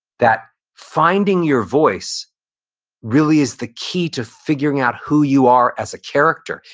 that finding your voice really is the key to figuring out who you are as a character,